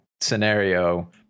scenario